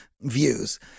views